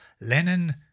Lenin